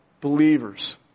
believers